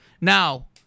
Now